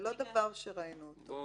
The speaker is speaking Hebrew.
זה לא דבר שראינו אותו.